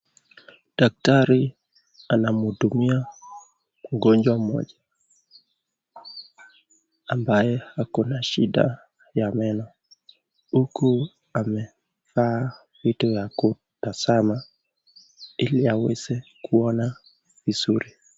Daktari anamhudumia mgonjwa mmoja ambaye ako na shida ya meno huku amevaa vitu ya kutazama ili aweze kuona vizuri.